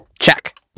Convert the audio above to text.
Check